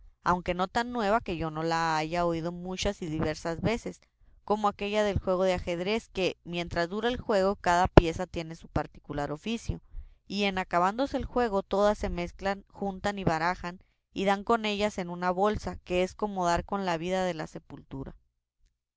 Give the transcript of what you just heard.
aunque no tan nueva que yo no la haya oído muchas y diversas veces como aquella del juego del ajedrez que mientras dura el juego cada pieza tiene su particular oficio y en acabándose el juego todas se mezclan juntan y barajan y dan con ellas en una bolsa que es como dar con la vida en la sepultura